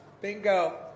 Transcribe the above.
Bingo